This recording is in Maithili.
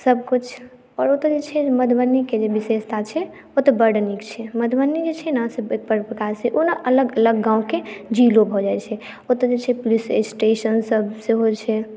सभ किछु आओर ओतय जे छै मधुबनीके जे विशेषता छै ओतय बड नीक छै मधुबनी जे छै ने हर प्रकारसे ओना अलग अलग गांवके जिलो भऽ जाइ छै ओतय जे छै पुलिस स्टेशन सभ सेहो छै